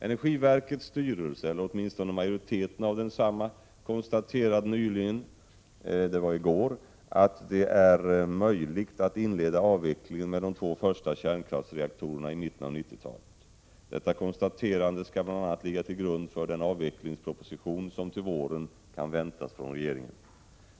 Energiverkets styrelse — eller åtminstone majoriteten av densamma — konstaterade i går att det är möjligt att inleda avvecklingen med de två första kärnkraftsreaktorerna i mitten av 1990-talet. Detta konstaterande skall bl.a. ligga till grund för den avvecklingsproposition som till våren kan väntas från regeringen.